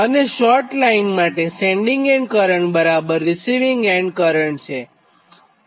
અને short line માટે sending end current બરાબર રીસિવીંગ એન્ડ કરંટ છે